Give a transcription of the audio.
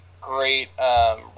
great